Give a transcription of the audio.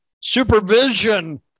Supervision